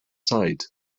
side